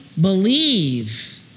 believe